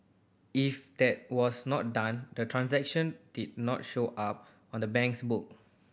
if that was not done the transaction did not show up on the bank's book